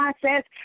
process